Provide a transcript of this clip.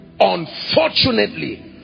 unfortunately